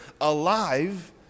alive